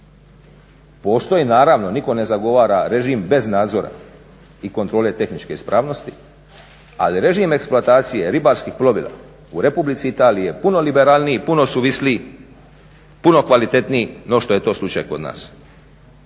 postoji, naravno nitko ne zagovara režim bez nadzora i kontrole tehničke ispravnosti, ali režim eksploatacije ribarskih plovila u Republici Italiji je puno liberalniji, puno suvisliji, puno kvalitetniji no što je to slučaj kod nas.